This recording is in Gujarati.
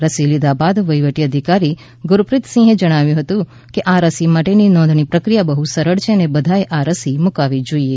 રસી લી ધા બાદ વહીવટી અધિકારી ગુરપ્રીત સિંહે જણાવ્યું હતું કે આ રસી માટેની નોંધણી પ્રક્રિયા બહ્ સરળ છે અને બધાએ આ રસી મુકાવી જોઈએ